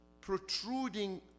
protruding